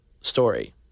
story